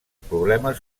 problemes